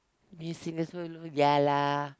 me sing a solo ya lah